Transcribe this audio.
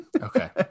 okay